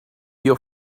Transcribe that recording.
your